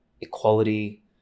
equality